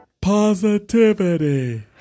Positivity